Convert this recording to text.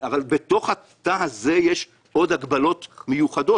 אבל בתוך התא הזה ישנן עוד הגבלות מיוחדות